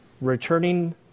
returning